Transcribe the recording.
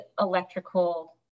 electrical